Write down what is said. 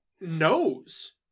knows